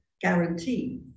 guarantee